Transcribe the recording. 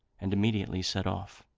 and immediately set off.